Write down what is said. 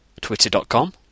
twitter.com